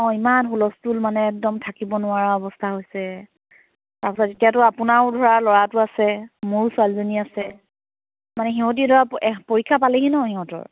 অ ইমান হূলস্থুল মানে একদম থাকিব নোৱাৰা অৱস্থা হৈছে তাৰপাছত এতিয়াতো আপোনাৰো ধৰা ল'ৰাটো আছে মোৰো ছোৱালীজনী আছে মানে সিহঁতি ধৰা পৰীক্ষা পালেহি ন' ইহঁতৰ